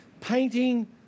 painting